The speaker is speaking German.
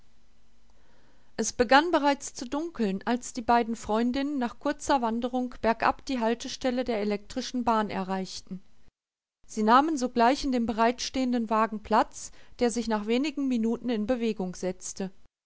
es begann bereits zu dunkeln als die beiden freundinnen nach kurzer wanderung bergab die haltestelle der elektrischen bahn erreichten sie nahmen sogleich in dem bereitstehenden wagen platz der sich nach wenigen minuten in bewegung setzte